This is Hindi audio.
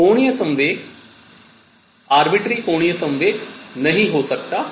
कोणीय संवेग मनमाना कोणीय संवेग नहीं हो सकता है